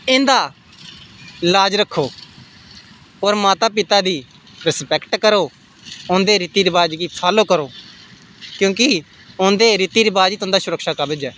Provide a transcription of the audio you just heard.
इं'दा लाज रक्खो होर माता पिता दी रिसपैक्ट करो हुंदे रिती रवाज गी फॉलो करो क्यूंकि हुंदे रिती रवाज गै तुंदा सुरक्षाकवच ऐ